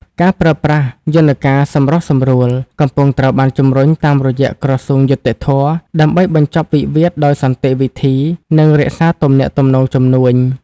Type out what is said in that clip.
ការប្រើប្រាស់ "យន្តការសម្រុះសម្រួល" កំពុងត្រូវបានជម្រុញតាមរយៈក្រសួងយុត្តិធម៌ ដើម្បីបញ្ចប់វិវាទដោយសន្តិវិធី និងរក្សាទំនាក់ទំនងជំនួញ។